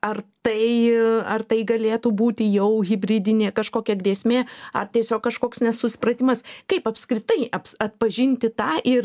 ar tai ar tai galėtų būti jau hibridinė kažkokia grėsmė ar tiesiog kažkoks nesusipratimas kaip apskritai aps atpažinti tą ir